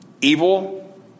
evil